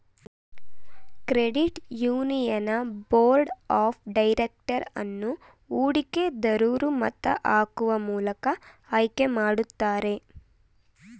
credit union board of director ಅನ್ನು ಹೂಡಿಕೆ ದರೂರು ಮತ ಹಾಕುವ ಮೂಲಕ ಆಯ್ಕೆ ಮಾಡುತ್ತಾರೆ